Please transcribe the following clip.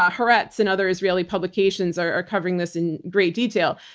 ah haaretz and other israeli publications are are covering this in great detail.